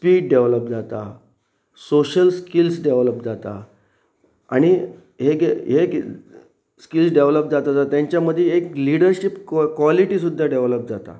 speed develop जाता social skills develop जाता आनी हे हे स्किल्स डेवलप जाता जाता तेच्या मदी एक लिडरशीप कवॉलिटी सुद्दा डेवलोप जाता